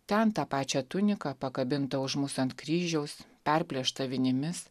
ten tą pačią tuniką pakabintą už mus ant kryžiaus perplėštą vinimis